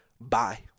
Bye